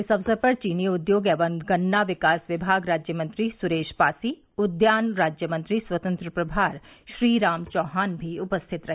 इस अवसर पर चीनी उद्योग एवं गन्ना विकास विमाग राज्य मंत्री सुरेश पासी उद्यान राज्य मंत्री स्वतंत्र प्रभार श्री राम चौहान भी उपस्थित रहे